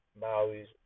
Maui's